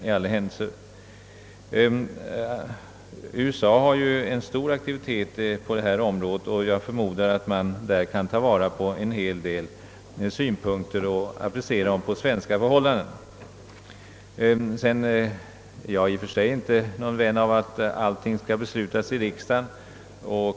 I USA råder ju stor aktivitet på detta område, och jag förmodar att man därifrån kan inhämta en hel del synpunkter och applicera dem på svenska förhållanden. Jag är i och för sig inte någon vän av principen att allting skall beslutas av riksdagen.